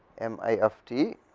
m i f t